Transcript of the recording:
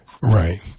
Right